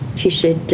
she said,